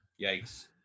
Yikes